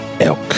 Elk